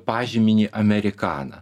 pažyminį amerikana